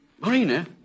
Marina